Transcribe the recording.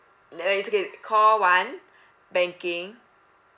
ya it's okay call one banking